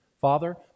Father